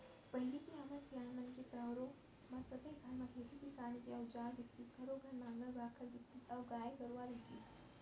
पहिली के हमर सियान मन के पहरो म सबे घर म खेती किसानी के अउजार दिखतीस घरों घर नांगर बाखर दिखतीस अउ गाय गरूवा रहितिस